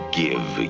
give